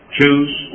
Choose